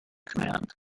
command